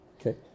Okay